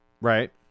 Right